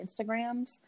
Instagrams